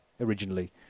originally